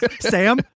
Sam